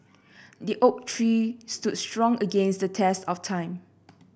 the oak tree stood strong against the test of time